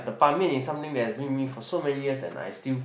the Ban-Mian is something that has been me with so many years and I still